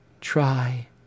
Try